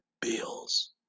bills